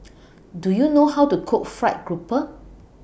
Do YOU know How to Cook Fried Grouper